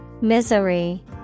Misery